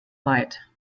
weit